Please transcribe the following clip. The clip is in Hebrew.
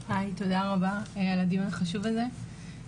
היי, תודה רבה על הדיון החשוב הזה.